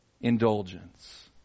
indulgence